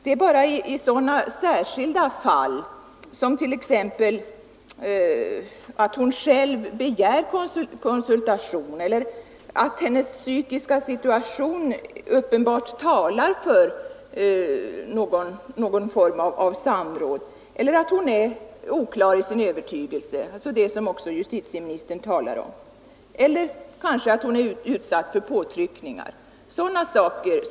Det är bara särskilda omständigheter som skall utgöra skäl för utredningar, t.ex. att hon själv begär konsultation, att hennes psykiska situation uppenbart talar för någon form av samråd, att hon är oklar om sin övertygelse — alltså det som också justitieministern talar om — eller att hon kanske är utsatt för påtryckningar.